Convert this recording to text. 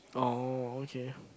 oh okay